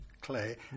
clay